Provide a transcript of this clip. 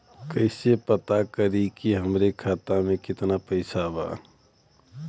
कइसे पता करि कि हमरे खाता मे कितना पैसा बा?